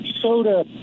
soda